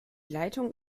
leitung